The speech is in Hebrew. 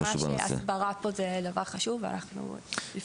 אני מסכימה שהסברה פה זה דבר חשוב, אנחנו נפעל.